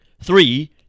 three